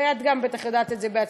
את גם בטח יודעת את זה בעצמך,